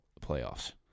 playoffs